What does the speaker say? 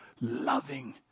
loving